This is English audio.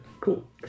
Cool